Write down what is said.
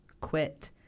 quit